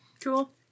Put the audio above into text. Cool